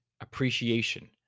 appreciation